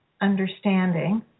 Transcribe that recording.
understanding